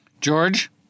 George